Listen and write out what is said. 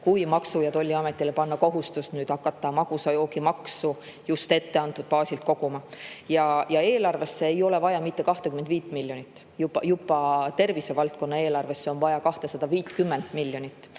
Maksu- ja Tolliametile kohustuse hakata magusa joogi maksu etteantud baasilt koguma. Ja eelarvesse ei ole vaja mitte 25 miljonit. Juba tervisevaldkonna eelarvesse on vaja 250 miljonit.